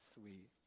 sweet